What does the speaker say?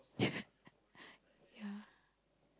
yeah